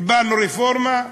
קיבלנו רפורמה,